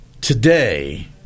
today